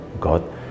God